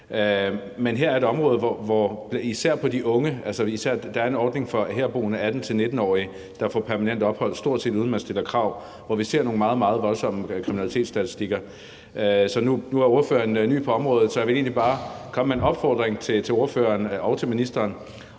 Men her er et område, og det gælder især de unge. Der er en ordning for herboende 18-19-årige, der får permanent ophold, stort set uden at man stiller krav, og der ser vi nogle meget, meget voldsomme kriminalitetsstatistikker. Nu er ordføreren ny på området, så jeg vil egentlig bare komme med en opfordring til ordføreren og til ministeren